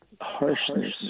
harshness